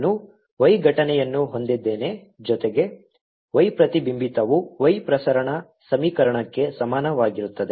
ನಾನು y ಘಟನೆಯನ್ನು ಹೊಂದಿದ್ದೇನೆ ಜೊತೆಗೆ y ಪ್ರತಿಬಿಂಬಿತವು y ಪ್ರಸರಣ ಸಮೀಕರಣಕ್ಕೆ ಸಮಾನವಾಗಿರುತ್ತದೆ